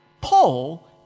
Paul